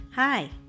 Hi